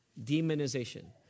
Demonization